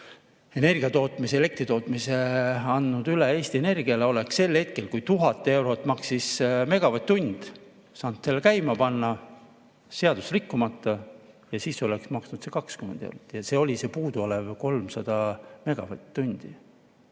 energiatootmise, elektritootmise andnud üle Eesti Energiale, siis oleks sel hetkel, kui 1000 eurot maksis megavatt-tund, saanud selle käima panna seadust rikkumata. Siis see oleks maksnud 20 eurot. Ja see oli see puuduolev 300 megavatt-tundi.